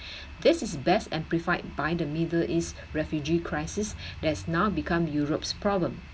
this is best amplify by the middle east refugee crisis that has now become europe's problem